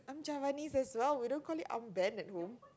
I'm Javanese as well we don't call it armband at home